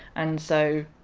and so